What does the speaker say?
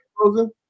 frozen